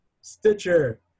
Stitcher